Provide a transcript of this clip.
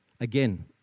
Again